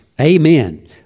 amen